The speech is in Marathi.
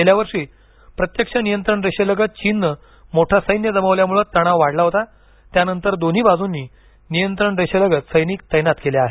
गेल्या वर्षी प्रत्यक्ष नियंत्रण रेषेलगत चीननं मोठं सैन्य जमवल्यामुळं तणाव वाढला होता त्यानंतर दोन्ही बाजूंनी रेषेलगत सैनिक तैनात केले आहेत